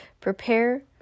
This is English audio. Prepare